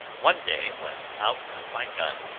one day, when out with my gun,